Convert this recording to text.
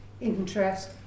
interest